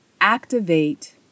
activate